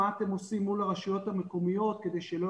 מה אתם עושים מול הרשויות המקומיות כדי שלא